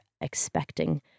expecting